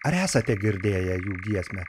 ar esate girdėję jų giesmę